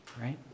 Right